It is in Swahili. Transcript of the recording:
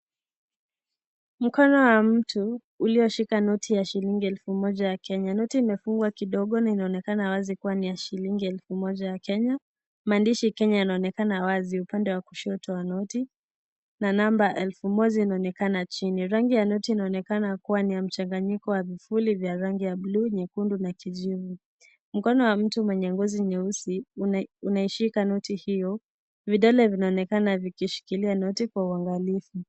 Mkono wa mtu ulioshika noti ya shilingi elfu moja ya Kenya. Noti imefungwa kidogo na inaonekana wazi kuwa ni shilingi elfu moja ya Kenya. Maandishi Kenya yanaonekana wazi upande wa kushoto wa noti. Na namba elfu moja inaoneka chini. Rangi ya noti inaonekana kuwa ni mchanganyiko wa vifuli vya rangi ya (cs)blue(cs),nyekundu na kajani. Mkono wa mtu mwenye ngozi nyeusi umeshika noti iyo. Vidole vinaonekana vikishikilia noti kwa uangalivu.